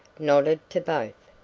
nodded to both,